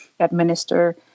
administer